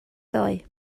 ddoe